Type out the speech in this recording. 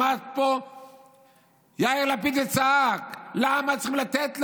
עמד פה יאיר לפיד וצעק: למה צריך לתת להם?